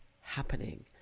happening